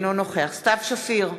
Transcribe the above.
אינו נוכח סתיו שפיר,